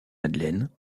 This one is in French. madeleine